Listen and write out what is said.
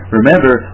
Remember